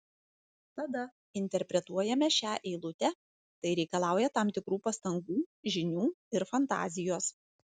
tada interpretuojame šią eilutę tai reikalauja tam tikrų pastangų žinių ir fantazijos